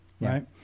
Right